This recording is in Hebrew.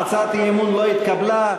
הצעת האי-אמון לא התקבלה.